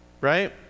right